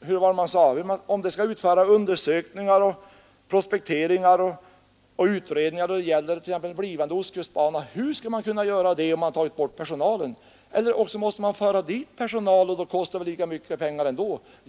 hur skall undersökningar och prospekteringar kunna göras då det gäller t.ex. den blivande ostkustbanan, om man tagit bort personalen? Man måste väl då föra dit personal, och det kostar också pengar.